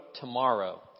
tomorrow